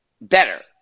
better